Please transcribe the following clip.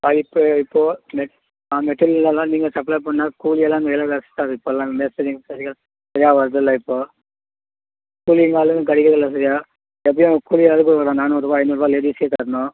sir இப்போ இப்போது மெட் ஆ மெட்ரியல்லாம் நீங்கள் சப்ளே பண்ணால் கூலி எல்லாம் விலவாசி தான் இப்போல்லாம் மேஸ்திரிங்க சரியா சரியா வர்றதில்ல இப்போது கூலிங்க ஆளும் கிடைக்கிறதில்ல சரியா எப்படியும் கூலி ஆளுக்கு ஒரு நானூருபா ஐந்நூறுவா லேடீஸ்க்கே தரணும்